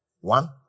One